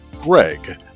Greg